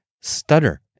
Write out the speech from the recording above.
stutter